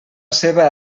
ceba